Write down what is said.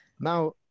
Now